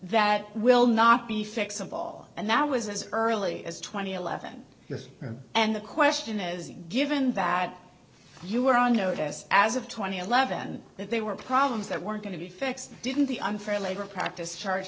that will not be fixable and that was as early as twenty eleven and the question is given that you were on notice as of twenty eleven that they were problems that weren't going to be fixed didn't the unfair labor practice charge